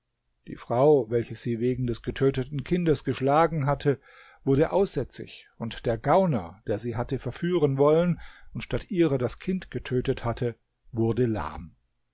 die frau welche sie wegen des getöteten kindes geschlagen hatte wurde aussätzig und der gauner der sie hatte verführen wollen und statt ihrer das kind getötet hatte wurde lahm